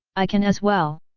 i can as well.